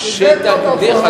הבאתי את ההצעה, התנגדתם.